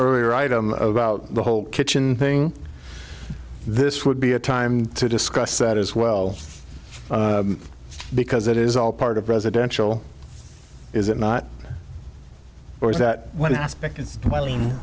earlier item about the whole kitchen thing this would be a time to discuss that as well because it is all part of residential is it not or is that